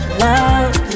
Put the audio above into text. love